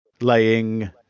laying